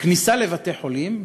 הכניסה לבתי-חולים,